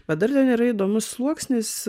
bet dar ten yra įdomus sluoksnis